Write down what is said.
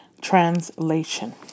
Translation